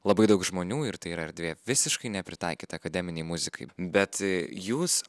labai daug žmonių ir tai yra erdvė visiškai nepritaikyta akademinei muzikai bet jūs